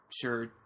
sure